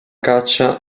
caccia